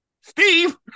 Steve